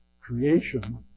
Creation